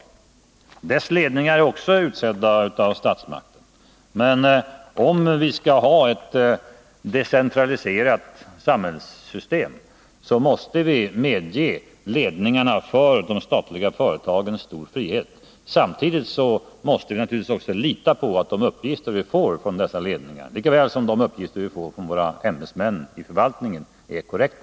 Ledningarna för dessa företag är också utsedda av statsmakterna. Skall vi ha ett decentraliserat samhällssystem, måste vi medge de statliga företagen stor frihet. Samtidigt måste vi naturligtvis också lita på att de uppgifter vi får från deras företagsledningar och ämbetsmän i förvaltningen är korrekta.